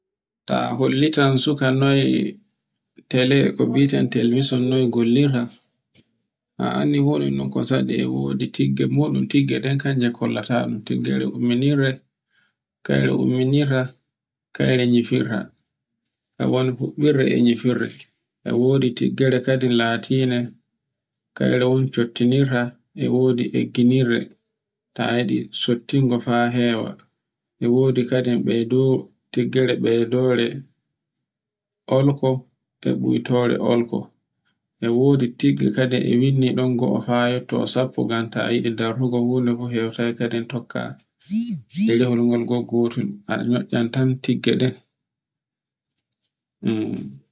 Ta hollitan suka noy ko b'ieten television noy gollirta. No anndi fu na non ko sadi e wodi tigge muɗum, tigge ɗen kanje kollata ɗun teggere umminirde, kayre umminirta, kayre nifirta, ka woni huɓɓirde e nyifirde. E wodi toggare kadin latinde kayre un cottinirta, e wodi egginirde, ta yiɗi sottinde fa hewa, e wodi kadin ɓeydo, tiggare ɓeydore olko, r ɓuytore olko. e wodi tigge kadin e winndi ɗon goo fa yotto sappo ngan ta yiɗidartungo fu hewtai kadin tokka ɗerehol ngol gotol, a nyoanton tiggeɗe